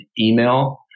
email